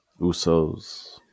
Usos